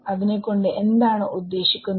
അതിനെ കൊണ്ട് എന്താണ് ഉദ്ദേശിക്കുന്നത്